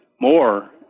more